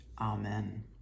Amen